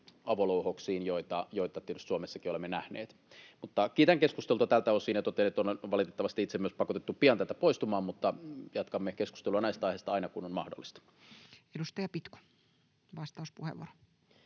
avolouhoksiin, joita tietysti Suomessakin olemme nähneet. Kiitän keskustelusta tältä osin ja totean, että olen valitettavasti myös itse pakotettu pian täältä poistumaan, mutta jatkamme keskustelua näistä aiheista aina, kun on mahdollista. [Speech 274] Speaker: